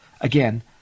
Again